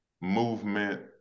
movement